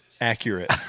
accurate